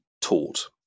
taught